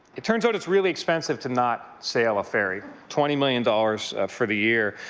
it turns out it's really expensive to not sail a ferry, twenty million dollars for the year.